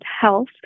health